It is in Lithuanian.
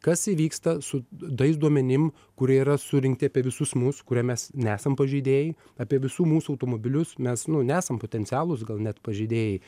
kas įvyksta su tais duomenim kurie yra surinkti apie visus mus kurie mes nesam pažeidėjai apie visų mūsų automobilius mes nu nesam potencialūs gal net pažeidėjai